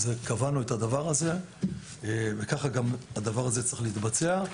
ככה קבענו וככה הדבר הזה צריך להתבצע.